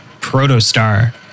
Protostar